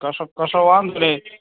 કશો કશો વાંધો નહીં